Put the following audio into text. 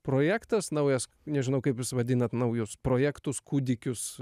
projektas naujas nežinau kaip jūs vadinat naujus projektus kūdikius